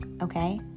okay